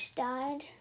died